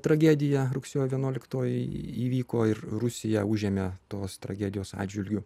tragediją rugsėjo vienuoliktoji įvyko ir rusija užėmė tos tragedijos atžvilgiu